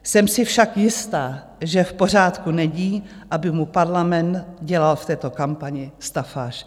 Jsem si však jistá, že v pořádku není, aby mu Parlament dělal v této kampani stafáž.